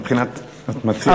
מבחינת מה את מציעה,